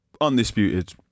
Undisputed